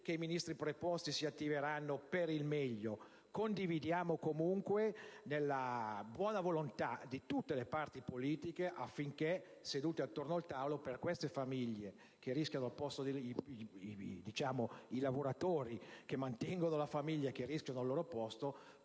che i Ministri preposti si attiveranno per il meglio; confidiamo comunque nella buona volontà di tutte le parti politiche affinché, sedute attorno ad un tavolo, facciano sì che i lavoratori, che mantengono la famiglia e rischiano il loro posto,